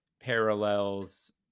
parallels